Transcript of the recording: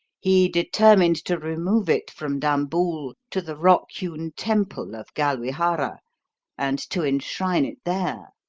he determined to remove it from dambool to the rock-hewn temple of galwihara and to enshrine it there.